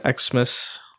Xmas